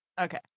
Okay